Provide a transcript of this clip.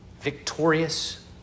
victorious